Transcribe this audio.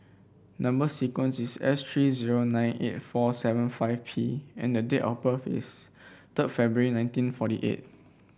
number sequence is S three zero nine eight four seven P and date of birth is third February nineteen forty eight